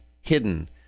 hidden